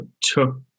took